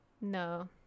No